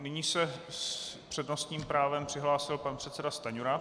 Nyní se s přednostním právem přihlásil pan předseda Stanjura.